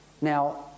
Now